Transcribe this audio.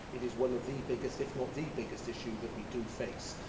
it is one of the biggest, if not the biggest issue that we do face.